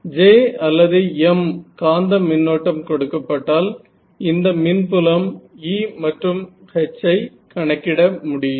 J அல்லது M காந்த மின்னோட்டம் கொடுக்கப்பட்டால் இந்த மின்புலம் E மற்றும் H ஐ கணக்கிட முடியும்